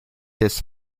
this